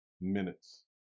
minutes